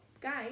guys